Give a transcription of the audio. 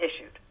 issued